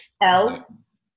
else